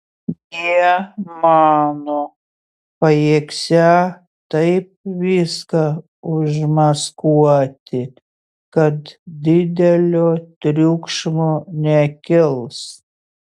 jie mano pajėgsią taip viską užmaskuoti kad didelio triukšmo nekils